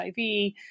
HIV